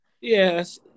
Yes